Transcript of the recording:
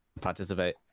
participate